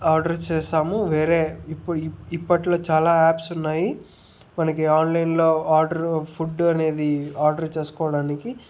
orders చేసాము వేరే ఇప్పు ఇప్పట్లో చాలా యాప్స్ ఉన్నాయి మనకు ఆన్లైన్లో ఆర్డర్ ఫుడ్ అనేది ఆర్డర్ చేసుకోవడానికి